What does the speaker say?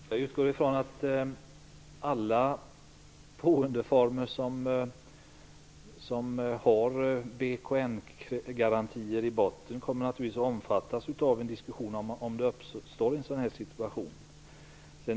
Herr talman! Jag utgår ifrån att alla boendeformer som har BKN-garantier i botten kommer att omfattas av en diskussion, om en sådan här situation uppstår.